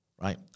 right